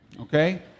okay